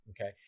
Okay